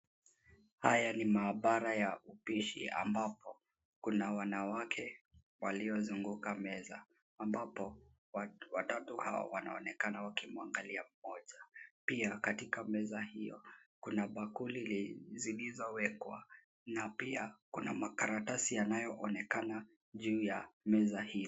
Haya ni maabara ya upishi ambapo kuna wanawake waliozunguka meza ambapo watatu hawa wanaonekana wakimwangalia mmoja. Pia katika meza hio kuna bakuli zilizowekwa na pia kuna makaratasi yanayoonekana juu ya meza hio.